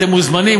אתם מוזמנים,